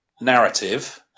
narrative